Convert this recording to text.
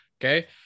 Okay